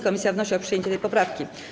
Komisja wnosi o przyjęcie tej poprawki.